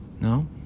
No